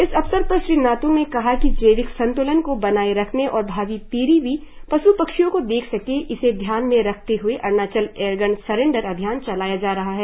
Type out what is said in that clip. इस अवसर पर श्री नातंग ने कहा कि जैविक संतुलन को बनाए रखने और भावी पीढ़ी भी पश पक्षियों को देख सके इसे ध्यान में रखते हए अरुणाचल एयरगन सेरेंडर अभियान चलाया जा रहा है